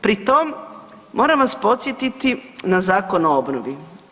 Pri tom, moram vas podsjetiti na Zakon o obnovi.